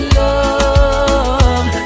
love